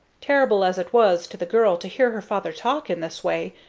terrible as it was to the girl to hear her father talk in this way,